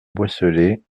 boisselée